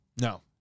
No